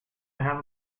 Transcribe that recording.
have